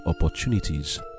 opportunities